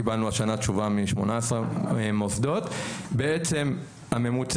קיבלנו השנה תשובה מ 18 מוסדות - בעצם הממוצע